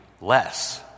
less